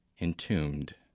entombed